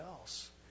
else